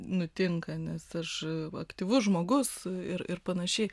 nutinka nes aš aktyvus žmogus ir ir panašiai